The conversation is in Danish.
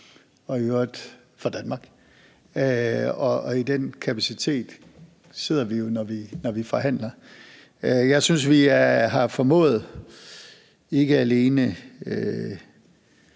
og i øvrigt også for Danmark, og i den kapacitet sidder vi jo, når vi forhandler. Jeg synes, vi har formået, ikke alene